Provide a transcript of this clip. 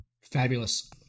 Fabulous